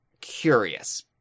curious